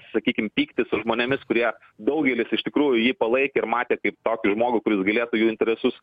sakykim pyktis su žmonėmis kurie daugelis iš tikrųjų jį palaikė ir matė kaip tokį žmogų kuris galėtų jų interesus